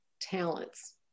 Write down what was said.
talents